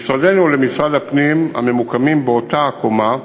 אל משרדנו ואל משרד הפנים, הממוקמים באותה הקומה,